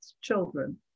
children